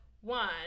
one